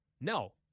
No